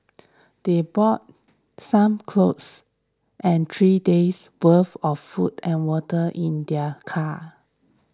they brought some clothes and three days worth of food and water in their car